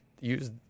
use